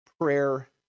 Prayer